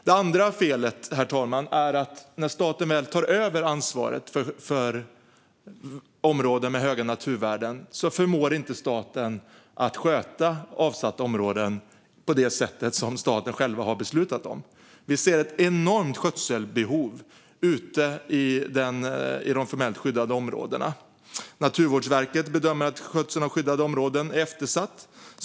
Det andra felet är att staten, när den väl tar över ansvaret för områden med höga naturvärden, inte förmår sköta avsatta områden på det sätt staten själv har beslutat om. Vi ser ett enormt skötselbehov ute i de formellt skyddade områdena. Naturvårdsverket bedömer att skötseln av skyddade områden är eftersatt.